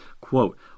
Quote